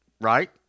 right